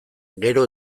gero